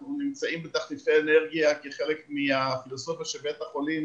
אנחנו נמצאים בתחליפי אנרגיה כחלק מהפילוסופיה של בית החולים